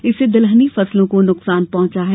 इससे दलहनी फसलों को नुकसान पहुंचा है